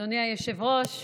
אדוני היושב-ראש,